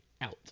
out